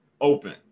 open